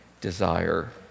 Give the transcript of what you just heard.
desire